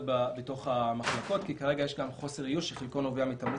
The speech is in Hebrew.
בתוך המחלקות כי כרגע יש חוסר איוש שחלקו נובע מתמריצים,